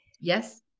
Yes